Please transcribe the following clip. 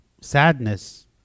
sadness